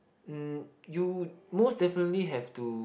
um you most definitely have to